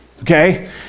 okay